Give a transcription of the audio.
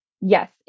yes